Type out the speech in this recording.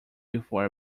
before